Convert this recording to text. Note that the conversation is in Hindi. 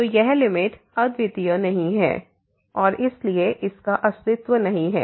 तो यह लिमिट अद्वितीय नहीं है और इसलिए इसका अस्तित्व नहीं है